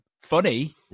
funny